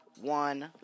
one